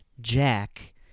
Jack